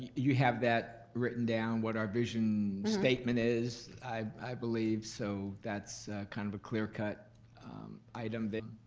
you have that written down what our vision statement is, i believe, so that's kind of a clear cut item